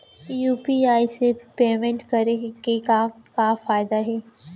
UPI से payment करे के का का फायदा हे?